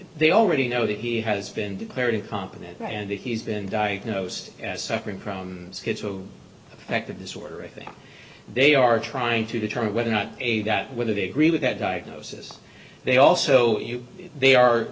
they already know that he has been declared incompetent and that he's been diagnosed as suffering from active disorder i think they are trying to determine whether or not a that whether they agree with that diagnosis they also they are